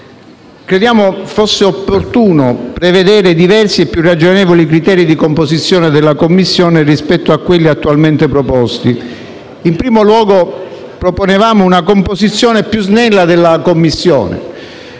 Crediamo fosse opportuno prevedere diversi e più ragionevoli criteri di composizione della Commissione rispetto a quelli attualmente proposti. In primo luogo, proponevamo una composizione più snella della Commissione